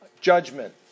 Judgment